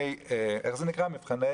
המבחנים